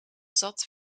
zat